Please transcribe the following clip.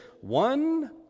one